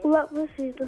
labas rytas